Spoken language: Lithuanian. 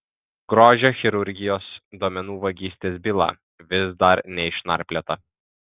grožio chirurgijos duomenų vagystės byla vis dar neišnarpliota